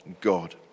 God